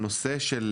הנושא של